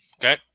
Okay